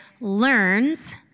learns